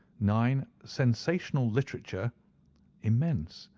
nine. sensational literature immense.